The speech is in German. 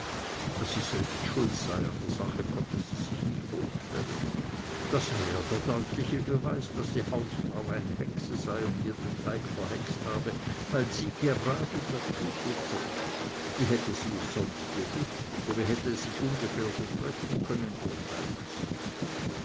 daß sie selbst schuld an der sache sei konnte sie sich nicht vorstellen das sei ja der deutlichste beweis daß die hausfrau eine hexe sei und ihr den teig verhext habe weil sie gerade dazugekommen wie hätte sie es sonst gewußt oder wie hätte es sich ungefähr so treffen können urteilte sie